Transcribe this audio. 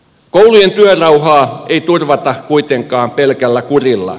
koulujen työrauhaa ei turvata kuitenkaan pelkällä kurilla